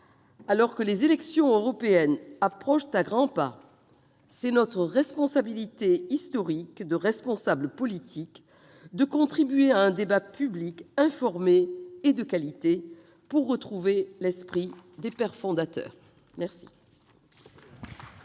Alors que les élections européennes approchent à grands pas, c'est notre responsabilité historique de responsables politiques de contribuer à un débat public informé et de qualité pour retrouver l'esprit des pères fondateurs !